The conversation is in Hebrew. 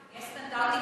אבל יש סטנדרטים.